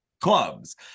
clubs